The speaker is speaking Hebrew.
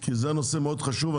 כי זה נושא מאוד חשוב.